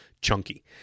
chunky